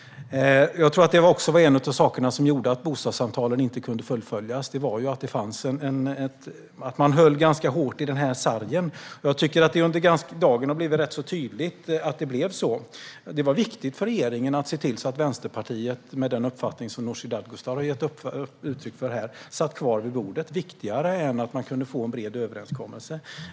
Jag tror också att en av anledningarna till att bostadssamtalen inte kunde fullföljas var att man höll ganska hårt i den sargen. Det har under dagen blivit ganska tydligt. Det var viktigt för regeringen att Vänsterpartiet, med den uppfattning som Nooshi Dadgostar har gett uttryck för här, satt kvar vid bordet. Det var viktigare än att få en bred överenskommelse.